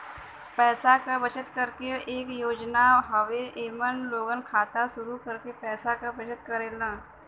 पैसा क बचत करे क एक योजना हउवे एमन लोग खाता शुरू करके पैसा क बचत करेलन